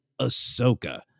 Ahsoka